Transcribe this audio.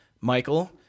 Michael